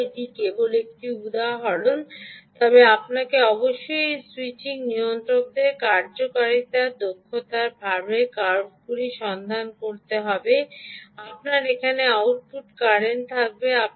আবার এটি কেবল একটি উদাহরণ তবে আপনাকে অবশ্যই এই স্যুইচিং নিয়ন্ত্রকদের কার্যকারিতা কার দক্ষতার কার্ভগুলি সন্ধান করতে হবে আপনার এখানে আউটপুট কারেন্ট থাকবে